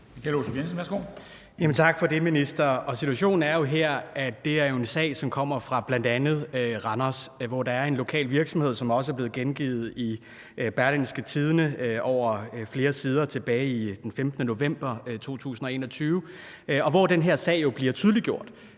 Tak for det, minister. Situationen er jo her, at det er en sag, som kommer fra bl.a. Randers, hvor der er en lokal virksomhed, hvilket også er blevet gengivet i Berlingske over flere sider den 15. november 2021, hvor den her sag jo bliver tydeliggjort.